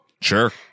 Sure